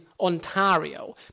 Ontario